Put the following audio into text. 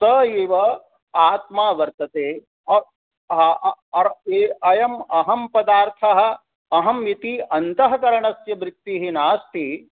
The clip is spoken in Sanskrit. स एव आत्मा वर्तते अयम् अहं पदार्थः अहमिति अन्तःकरणस्य वृत्तिः नास्ति